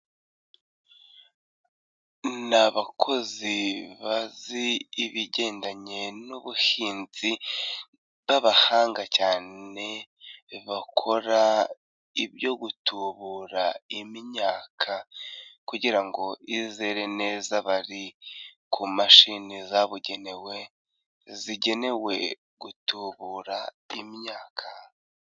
Ni abakozi bazi ibigendanye n'ubuhinzi b'abahanga cyane bakora ibyo gutubura imyaka kugira ngo izere neza, bari ku mashini zabugenewe zigenewe gutubura imyaka